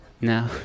No